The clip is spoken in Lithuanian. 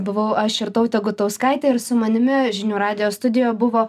buvau aš irtautė gutauskaitė ir su manimi žinių radijo studijo buvo